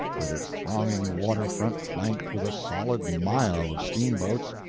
with its thronging waterfront flanked with a solid mile of steamboats,